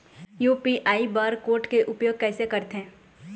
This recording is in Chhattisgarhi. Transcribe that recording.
यू.पी.आई बार कोड के उपयोग कैसे करथें?